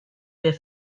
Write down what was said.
wir